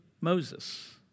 Moses